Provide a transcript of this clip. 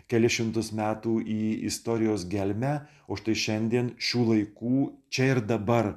kelis šimtus metų į istorijos gelmę o štai šiandien šių laikų čia ir dabar